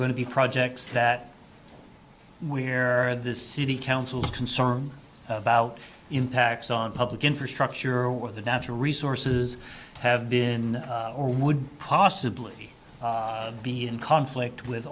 going to be projects that we're at the city councils concerned about impacts on public infrastructure or the natural resources have been or would possibly be in conflict with